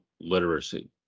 literacy